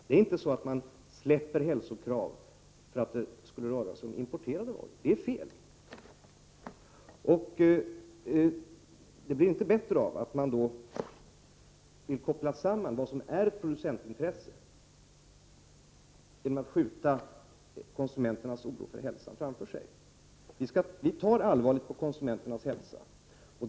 Det är felaktigt att man skulle släppa hälsokraven därför att det rör sig om importerade varor. Det blir inte bättre av att man vill koppla in producentintressen, och därigenom skjuter konsumenternas oro för hälsa framför sig. Vi tar allvarligt på konsumenternas hälsa.